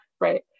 right